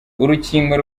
urukingo